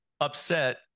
upset